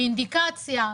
באינדיקציה,